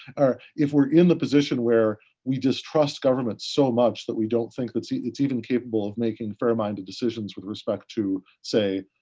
if we're in the position where we just trust governments so much that we don't think it's even it's even capable of making fair-minded decisions with respect to, say,